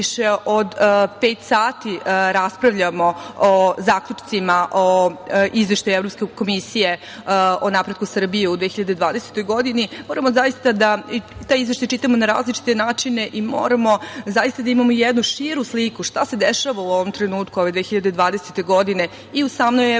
više od pet sati raspravljamo o zaključcima o Izveštaju Evropske komisije o napretku Srbije u 2020. godine, moramo zaista da taj izveštaj čitamo na različite načine i moramo da imamo jednu širu sliku šta se dešava u ovom trenutku ove 2020. godine i u samoj EU i